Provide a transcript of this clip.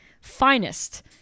finest